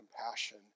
compassion